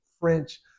french